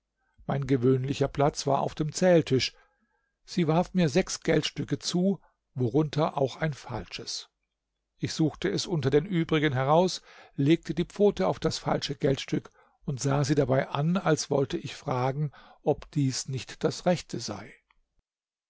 mein gewöhnlicher platz war auf dem zähltisch sie warf mir sechs geldstücke zu worunter auch ein falsches ich suchte es unter den übrigen heraus legte die pfote auf das falsche geldstück und sah sie dabei an als wollte ich fragen ob dies nicht das rechte sei